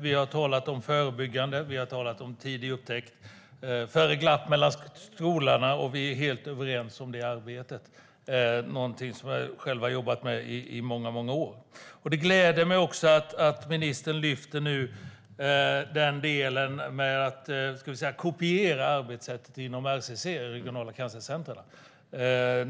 vi har talat om det förebyggande arbetet och tidig upptäckt, att patienter inte ska falla mellan stolarna. Vi är helt överens om det arbetet. Det är något som jag själv har jobbat med i många år. Det gläder mig också att ministern lyfter fram möjligheten att kopiera arbetssättet inom RCC, Regionala cancercentrum.